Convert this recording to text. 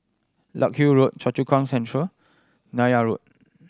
Larkhill Road Choa Chu Kang Central Neythai Road